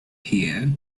here